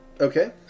Okay